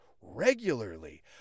regularly